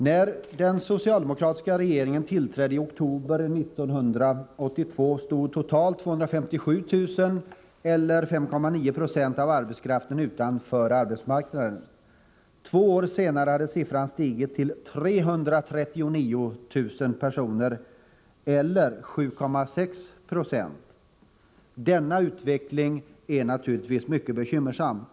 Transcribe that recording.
När den socialdemokratiska regeringen tillträdde i oktober 1982 stod totalt 257 000 personer eller 5,9 90 av arbetskraften utanför arbetsmarknaden. Två år senare hade siffran stigit till 339 000 personer eller 7,6 26. Denna utveckling är naturligtvis mycket bekymmersam.